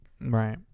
Right